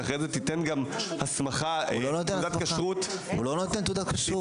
שאחרי זה תיתן גם תעודת כשרות --- הוא לא נותן תעודת כשרות.